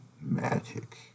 magic